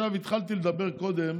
התחלתי לדבר קודם